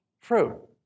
fruit